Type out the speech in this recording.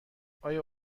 آیا